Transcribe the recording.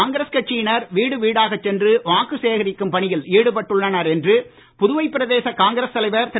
காங்கிரஸ் கட்சியினர் வீடுவீடாகச் சென்று வாக்கு சேகரிக்கும் பணியில் ஈடுபட்டுள்ளனர் என்று புதுவை பிரதேச காங்கிரஸ் தலைவர் திரு